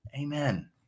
Amen